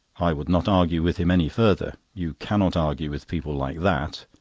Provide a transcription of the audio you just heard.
i would not argue with him any further. you cannot argue with people like that.